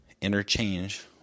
interchange